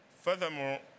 furthermore